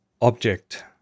object